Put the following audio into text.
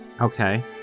Okay